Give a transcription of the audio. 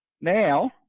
Now